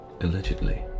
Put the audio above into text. Allegedly